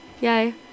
Yay